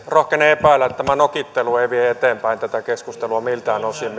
rohkenen epäillä että tämä nokittelu mitä tässä on esiintynyt ei vie eteenpäin tätä keskustelua miltään osin